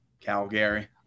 Calgary